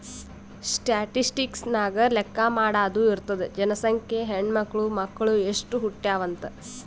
statistics ನಾಗ್ ಲೆಕ್ಕಾ ಮಾಡಾದು ಇರ್ತುದ್ ಜನಸಂಖ್ಯೆ, ಹೆಣ್ಮಕ್ಳು, ಮಕ್ಕುಳ್ ಎಸ್ಟ್ ಹುಟ್ಯಾವ್ ಅಂತ್